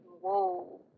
whoa